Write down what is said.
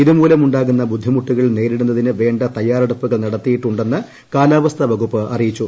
ഇതുമൂലം ഉണ്ടാകുന്ന ബുദ്ധിമുട്ടുകൾ നേരിടുന്നതിനു വേണ്ട തയ്യാറെടുപ്പുകൾ നടത്തിയിട്ടുണ്ടെന്ന് കാലാവസ്ഥാ വകുപ്പ് അറിയിച്ചു